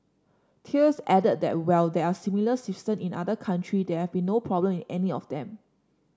Thales added that while there are similar system in other country there have been no problem in any of them